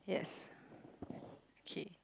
yes okay